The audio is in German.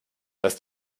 dass